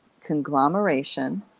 conglomeration